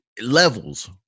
levels